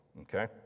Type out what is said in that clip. okay